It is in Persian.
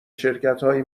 شرکتهایی